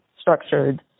structured